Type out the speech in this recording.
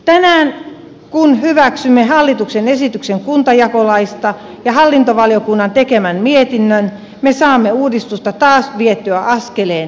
tänään kun hyväksymme hallituksen esityksen kuntajakolaista ja hallintovaliokunnan tekemän mietinnön me saamme uudistusta taas vietyä askeleen eteenpäin